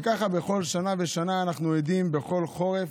וכך, בכל שנה ושנה אנחנו עדים, בכל חורף,